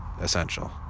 essential